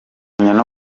kuramya